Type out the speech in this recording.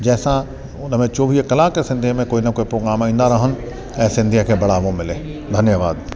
जंहिंसा उनमें चोवीह कलाक सिंधी में कोई न कोई प्रोग्राम ईंदा ऐं सिंधीअ खे बढ़ावो मिले धन्यवादु